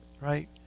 Right